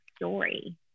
story